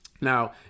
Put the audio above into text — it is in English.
Now